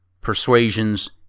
persuasions